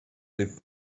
live